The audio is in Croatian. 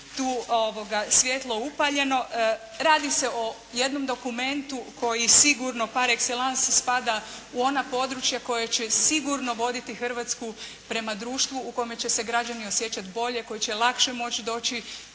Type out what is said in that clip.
tu svijetlo upaljeno. Radi se o jednom dokumentu koji sigurno par exellance spada u ona područja koja će sigurno voditi Hrvatsku prema društvu u kome će se građani osjećati bolje, koji će lakše moći doći